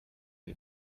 või